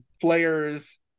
players